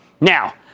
Now